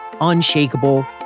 unshakable